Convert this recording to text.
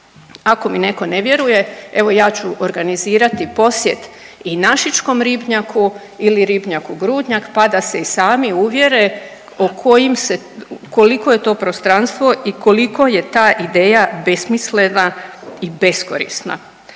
Ako mi neko ne vjeruje, evo ja ću organizirat posjet i našičkom ribnjaku ili ribnjaku Grudnjak pa da se sami uvjere o kojim se koliko je to prostranstvo i koliko je ta ideja besmislena i beskorisna.